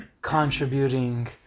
contributing